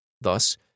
Thus